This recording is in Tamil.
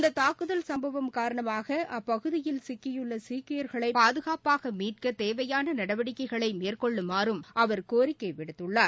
இந்த தாக்குதல் சம்பவம் காரணமாக அப்பகுதியில் சிக்கியுள்ள சீக்கியர்களை பாதுகாப்பாக மீட்க தேவையான நடவடிக்கைகளை மேற்கொள்ளுமாறும் அவர் கோரிக்கை விடுத்துள்ளார்